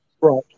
Right